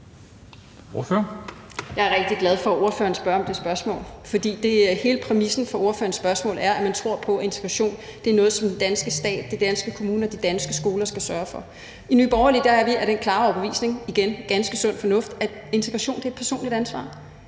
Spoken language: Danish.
Jeg er rigtig glad for, at ordføreren stiller det spørgsmål, fordi hele præmissen for ordførerens spørgsmål er, at man tror på, at integration er noget, som den danske stat, de danske kommuner, de danske skoler skal sørge for. I Nye Borgerlige er vi af den klare overbevisning – igen: det er ganske sund fornuft – at integration er et personligt ansvar.